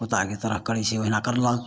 कुत्ताके तरह करै छै ओहिना कयलक